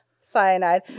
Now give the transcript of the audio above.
cyanide